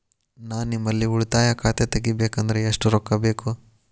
ನಾ ನಿಮ್ಮಲ್ಲಿ ಉಳಿತಾಯ ಖಾತೆ ತೆಗಿಬೇಕಂದ್ರ ಎಷ್ಟು ರೊಕ್ಕ ಬೇಕು?